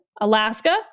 Alaska